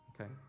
okay